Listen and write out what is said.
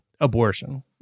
abortion